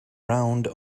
round